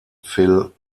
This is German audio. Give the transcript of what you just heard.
phil